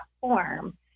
form